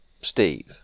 Steve